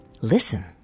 Listen